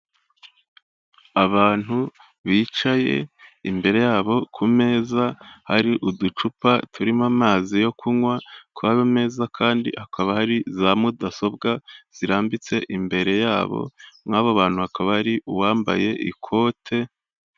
Abantu bicaye imbere yabo ku meza hari uducupa turimo amazi yo kunywa, ku ayo meza kandi akaba hari za mudasobwa zirambitse imbere yabo, mu abo bantu hakaba ari uwambaye ikote.